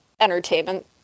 entertainment